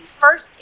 first